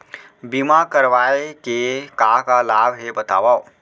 बीमा करवाय के का का लाभ हे बतावव?